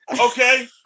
Okay